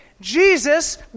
Jesus